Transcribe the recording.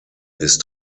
ist